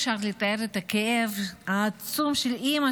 אי-אפשר לתאר את הכאב העצום של אימא